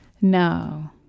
No